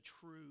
true